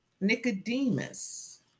Nicodemus